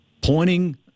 pointing